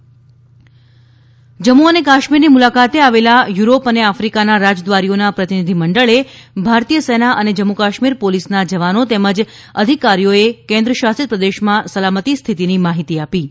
જમ્મુ કાશ્મીર રાજદ્વારી જમ્મુ અને કાશ્મીરની મુલાકાતે આવેલ યુરોપ અને આફિકાના રાજદ્વારીઓના પ્રતિનિધિ મંડળને ભારતીય સેના અને જમ્મુ કાશ્મીર પોલીસના જવાનો તેમજ અધિકારીઓએ કેન્દ્ર શાસિત પ્રદેશમાં સલામતી સ્થિતિની માહિતી આપી હતી